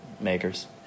makers